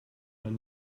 man